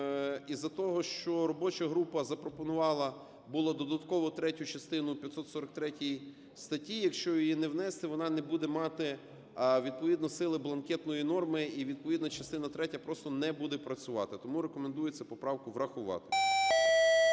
із-за того, що робоча група запропонувала була додатково третю частину 543 статті, якщо її не внести, вона не буде мати відповідно сили бланкетної норми, і відповідно частина третя просто не буде працювати. Тому рекомендується поправку врахувати.